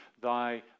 thy